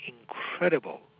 incredible